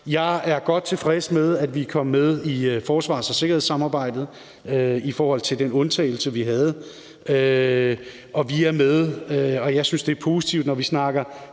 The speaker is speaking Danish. Jeg er godt tilfreds med, at vi kom med i forsvars- og sikkerhedssamarbejdet efter den undtagelse, som vi havde. Vi er med, og jeg synes, det er positivt, når vi snakker